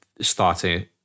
starting